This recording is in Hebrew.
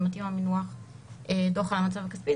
מתאים המינוח דוח המצב הכספי.